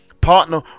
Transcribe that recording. Partner